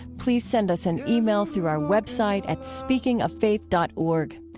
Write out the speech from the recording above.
please send us an ah e-mail through our website at speakingoffaith dot org.